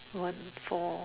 what for